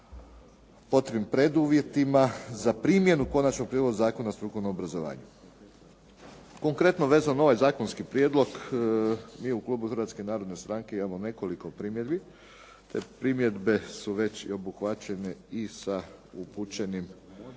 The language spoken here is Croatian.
o tim preduvjetima za primjenu Konačnog prijedloga Zakona o strukovnom obrazovanju. Konkretno vezano uz ovaj zakonski prijedlog mi u klubu Hrvatske narodne stranke imamo nekoliko primjedbi. Te primjedbe su već obuhvaćene i sa upućenim